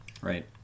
Right